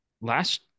Last